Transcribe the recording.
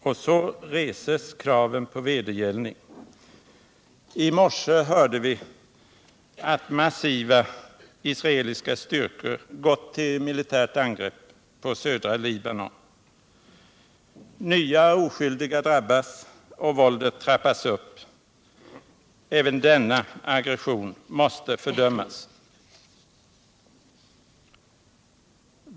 Och så reses kraven på vedergällning. I morse hörde vi att massiva israeliska styrkor gått till militärt angrepp i södra Libanon. Nya oskyldiga drabbas och våldet trappas upp. Även denna aggression måste fördömas.